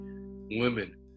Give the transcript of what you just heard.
women